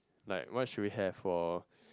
like what should we have for